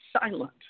silent